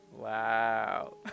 Wow